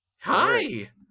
Hi